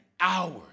hours